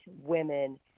women